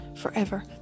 forever